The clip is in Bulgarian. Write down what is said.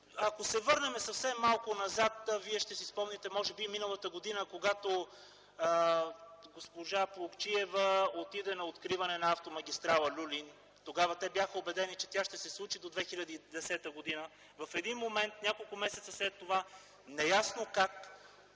малко се върнем назад, ще си спомните може би миналата година, когато госпожа Плугчиева отиде на откриване на автомагистрала „Люлин”. Тогава те бяха убедени, че тя ще се случи до 2010 г. В един момент, няколко месеца след това, неясно как